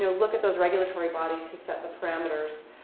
you know look at those regulatory bodies who set the parameters.